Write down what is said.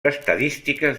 estadístiques